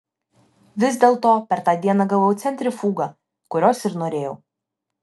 vis dėlto per tą dieną gavau centrifugą kurios ir norėjau